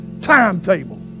timetable